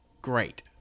great